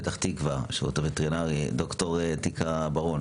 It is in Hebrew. בפתח-תקוה, השירות הווטרינרי, ד"ר תיקה בר און